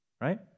right